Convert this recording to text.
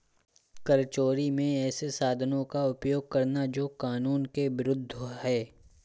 कर चोरी में ऐसे साधनों का उपयोग करना जो कानून के विरूद्ध है